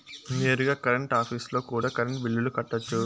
నేరుగా కరెంట్ ఆఫీస్లో కూడా కరెంటు బిల్లులు కట్టొచ్చు